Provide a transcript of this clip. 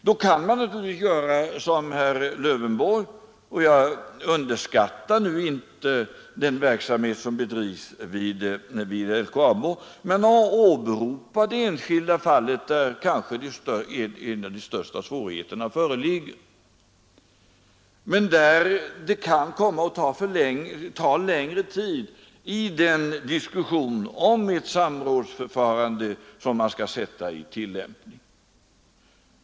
Då kan man naturligtvis göra som herr Lövenborg, nämligen åberopa ett enskilt fall — LKAB — där kanske de största svårigheterna föreligger och där det kan komma att ta längre tid i diskussionen om ett samrådsförfarande som man skall sätta i tillämpning.